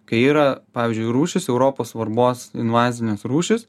kai yra pavyzdžiui rūšys europos svarbos invazinės rūšys